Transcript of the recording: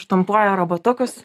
štampuoja robotukus